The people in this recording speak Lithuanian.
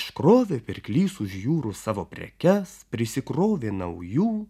iškrovė pirklys už jūrų savo prekes prisikrovė naujų